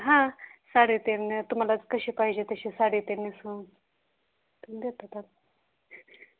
हां साडेतीन आहे तुम्हाला कशी पाहिजे तशी साडेतीननी हो देतात आपण